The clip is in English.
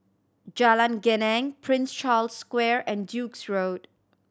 Jalan Geneng Prince Charles Square and Duke's Road